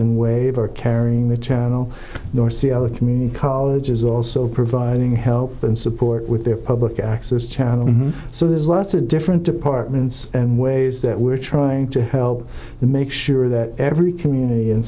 unwavered carrying the channel nor see other community colleges also providing help and support with their public access channel so there's lots of different departments and ways that we're trying to help to make sure that every community